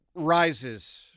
rises